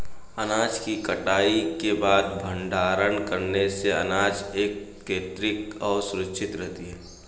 अनाज की कटाई के बाद भंडारण करने से अनाज एकत्रितऔर सुरक्षित रहती है